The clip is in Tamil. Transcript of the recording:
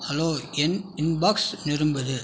ஹலோ என் இன்பாக்ஸ் நிரம்புது